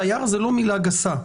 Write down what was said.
תייר זה לא מילה גסה.